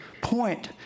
point